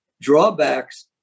drawbacks